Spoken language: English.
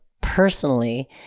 personally